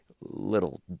little